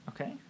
Okay